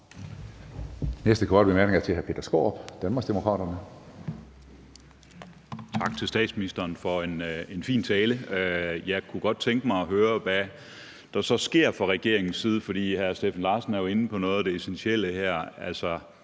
næste korte bemærkning er til hr. Peter Skaarup, Danmarksdemokraterne. Kl. 09:14 Peter Skaarup (DD): Tak til statsministeren for en fin tale. Jeg kunne godt tænke mig at høre, hvad der så sker fra regeringens side. For hr. Steffen Larsen er jo her inde på noget af det essentielle,